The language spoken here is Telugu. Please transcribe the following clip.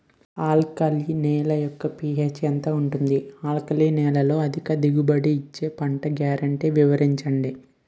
ఆల్కలి నేల యెక్క పీ.హెచ్ ఎంత ఉంటుంది? ఆల్కలి నేలలో అధిక దిగుబడి ఇచ్చే పంట గ్యారంటీ వివరించండి?